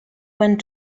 went